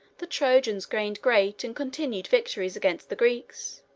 the trojans gained great and continued victories against the greeks.